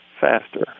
faster